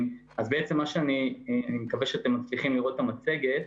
אני מקווה שאתם מצליחים לראות את המצגת.